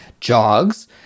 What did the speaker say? jogs